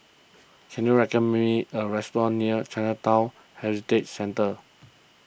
can you recommend me a restaurant near Chinatown Heritage Centre